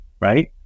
right